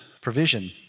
provision